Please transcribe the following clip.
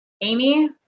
Amy